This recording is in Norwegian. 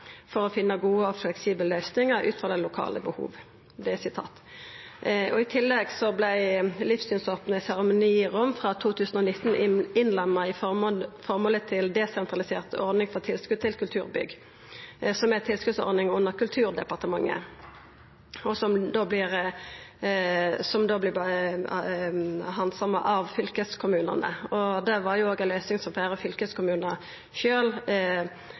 for å finne gode og fleksible løsninger ut i fra lokale behov.» I tillegg vart livssynsopne seremonirom frå 2019 innlemma i føremålet til desentralisert ordning for tilskot til kulturbygg, som er ei tilskotsordning under Kulturdepartementet, og som vert handsama av fylkeskommunane. Det var òg ei løysing som fleire fylkeskommunar rådde til da prøveordninga med tilskot til livssynsnøytrale seremonirom vart evaluert, den som var